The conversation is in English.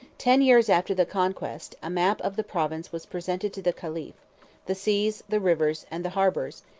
ten years after the conquest, a map of the province was presented to the caliph the seas, the rivers, and the harbors,